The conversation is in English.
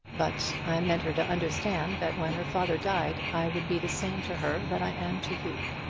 but i meant her to understand that when her father died i would be the same to her that i am to you.